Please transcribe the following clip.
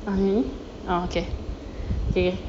ah ni ah okay okay